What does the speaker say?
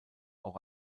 auch